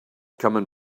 coming